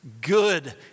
good